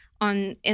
on